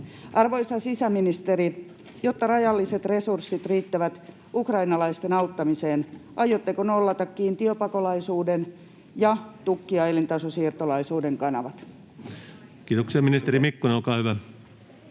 Arvoisa sisäministeri, jotta rajalliset resurssit riittävät ukrainalaisten auttamiseen, aiotteko nollata kiintiöpakolaisuuden ja tukkia elintasosiirtolaisuuden kanavat? Kiitoksia. — Ministeri Mikkonen, olkaa hyvä.